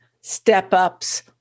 step-ups